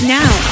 now